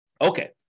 Okay